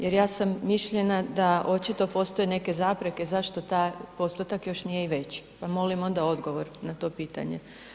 Jer ja sam mišljenja da očito postoje neke zapreke zašto taj postotak još nije i veći, pa molim onda odgovor na to pitanje.